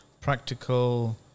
practical